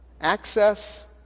Access